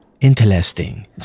Interesting